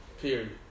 Period